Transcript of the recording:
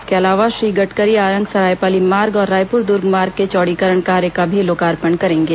इसके अलावा श्री गडकरी आरंग सरायपाली मार्ग और रायपुर दुर्ग मार्ग के चौड़ीकरण कार्य का भी लोकार्पण करेंगे